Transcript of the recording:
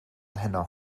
heno